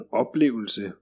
oplevelse